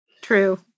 True